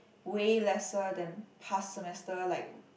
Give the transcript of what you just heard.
way lesser than past semester like